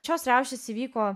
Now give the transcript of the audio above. šios riaušės įvyko